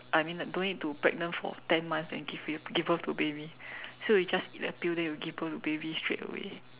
I mean like don't need to pregnant for ten months and give you give birth to a baby so you just eat a pill then you give birth to baby straight away